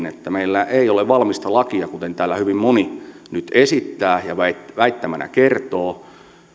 että meillä ei ole valmista lakia kuten täällä hyvin moni nyt esittää ja väittämänä kertoo